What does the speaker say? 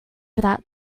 without